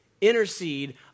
intercede